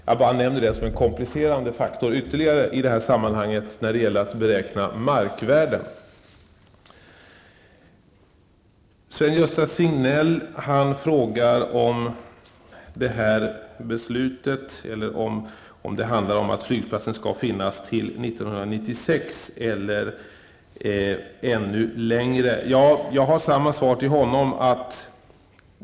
Jag bara nämner detta som ytterligare en komplicerande faktor när det gäller att beräkna markvärdet. Sven-Gösta Signell frågar om flygplatsen skall finnas kvar till 1996 eller ännu längre. Jag har samma svar till honom.